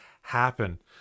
happen